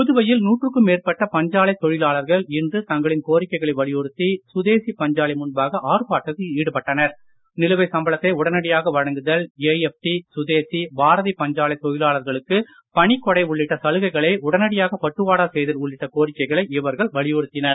புதுவையில் நூற்றுக்கும் மேற்பட்ட பஞ்சாலைத் தொழிலாளர்கள் இன்று தங்களின் கோரிக்கைகளை வலியுறுத்தி சுதேசி பஞ்சாலை முன்பாக உடனடியாக வழங்குதல் ஏஎப்டி சுதேசி பாரதி பஞ்சாலை தொழிலாளர்களுக்கு பணிக்கொடை உள்ளிட்ட சலுகைகளை உடனடியாக பட்டுவாடா செய்தல் உள்ளிட்ட கோரிக்கைகளை இவர்கள் வலியுறுத்தினர்